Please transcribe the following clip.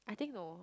I think no